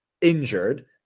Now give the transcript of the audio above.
injured